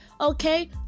okay